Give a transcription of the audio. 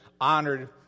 honored